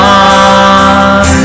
on